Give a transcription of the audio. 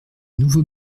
nouveau